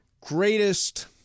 Greatest